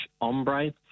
Ombre